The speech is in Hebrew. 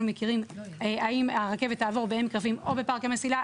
מכירים האם הרכבת תעבור בעמק רפאים או בפארק המסילה?